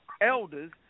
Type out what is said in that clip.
elders